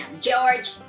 George